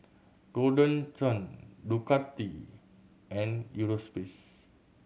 Golden Churn Ducati and Eurospace